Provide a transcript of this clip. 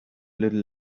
little